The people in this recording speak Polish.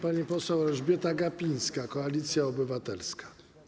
Pani poseł Elżbieta Gapińska, Koalicja Obywatelska.